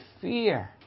fear